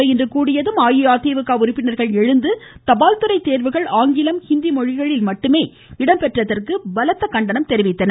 அவை இன்று கூடியதும் அஇஅதிமுக உறுப்பினர்கள் எழுந்து தபால்துறை தோ்வுகள் ஆங்கிலம் மற்றும் ஹிந்தி மொழிகளில் மட்டுமே இடம்பெற்றதற்கு பலத்த கண்டனம் தெரிவித்தனர்